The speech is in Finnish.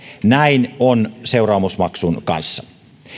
näin on seuraamusmaksun kanssa